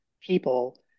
people